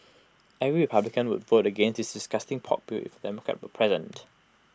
every republican would vote against this disgusting pork bill if A Democrat were president